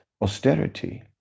austerity